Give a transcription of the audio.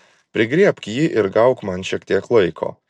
prigriebk jį ir gauk man šiek tiek laiko